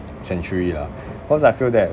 century lah cause I feel that